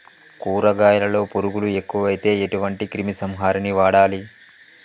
కూరగాయలలో పురుగులు ఎక్కువైతే ఎటువంటి క్రిమి సంహారిణి వాడాలి?